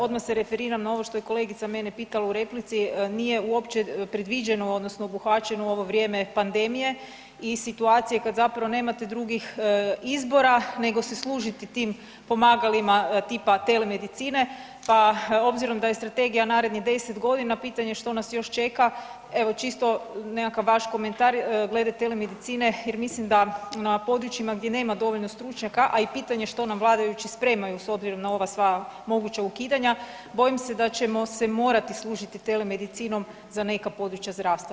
Odmah se referiram na ovo što je kolegica mene pitala u replici, nije uopće predviđeno odnosno obuhvaćeno u ovo vrijeme pandemije i situacije kad zapravo nemate drugih izbora nego se služiti tim pomagalima tipa telemedicine, pa obzirom da je strategija narednih 10.g., pitanje što nas još čeka, evo čisto nekakav vaš komentar glede telemedicine jer mislim da na područjima gdje nema dovoljno stručnjaka, a i pitanje što nam vladajući spremaju s obzirom na ova sva moguća ukidanja bojim se da ćemo se morati služiti telemedicinom za neka područja zdravstva.